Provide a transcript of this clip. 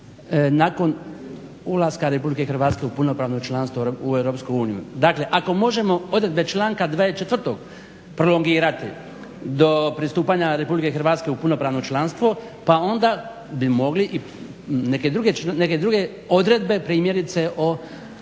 nakon ulaska Republike Hrvatske u punopravno članstvo Europske unije. Dakle, ako možemo odredbe članka …/Govornik se ne razumije./… prolongirati do pristupanja Republike Hrvatske u punopravno članstvo pa onda bi mogli i neke druge odredbe primjerice o